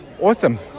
awesome